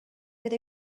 with